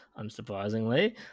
unsurprisingly